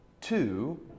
two